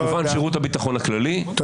כמובן שירות הביטחון הכללי ועוד ועוד.